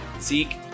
Zeke